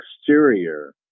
exterior